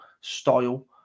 style